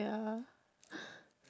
ya